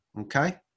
okay